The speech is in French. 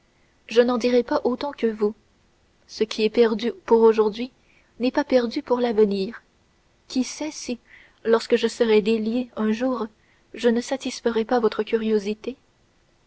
je n'en dirai pas autant que vous ce qui est perdu pour aujourd'hui n'est pas perdu pour l'avenir qui sait si lorsque je serai déliée un jour je ne satisferai pas votre curiosité